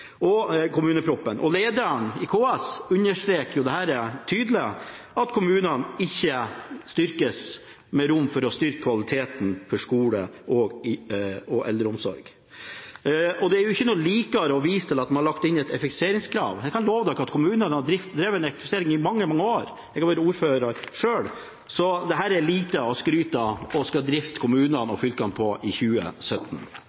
ikke rom for å styrke kvaliteten i skolen og eldreomsorgen. Det blir ikke bedre av at man viser til at man har lagt inn et effektiviseringskrav. Jeg kan love dere at kommunene har drevet med effektivisering i mange år. Jeg har selv vært ordfører. Så det er lite å skryte av å skulle drifte